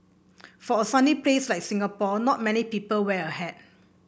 for a sunny place like Singapore not many people wear a hat